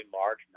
large